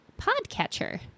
podcatcher